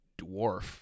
dwarf